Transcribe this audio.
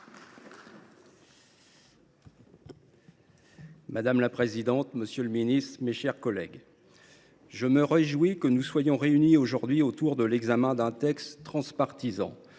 Madame la présidente, monsieur le ministre, mes chers collègues, je me réjouis que nous soyons réunis aujourd’hui pour examiner un texte transpartisan